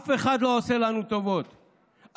אף אחד לא עושה טובות לתושבים.